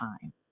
time